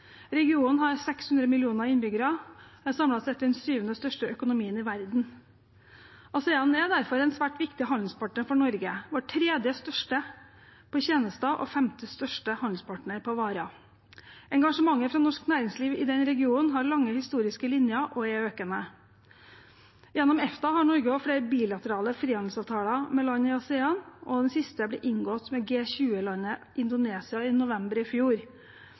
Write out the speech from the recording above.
Regionen har 600 millioner innbyggere. Det er samlet sett den syvende største økonomien i verden. ASEAN er derfor en svært viktig handelspartner for Norge – vår tredje største på tjenester og femte største handelspartner på varer. Engasjementet fra norsk næringsliv i denne regionen har lange historiske linjer og er økende. Gjennom EFTA har Norge flere bilaterale frihandelsavtaler med land i ASEAN, og den siste ble inngått med G20-landet Indonesia i november i fjor.